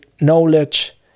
knowledge